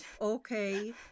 Okay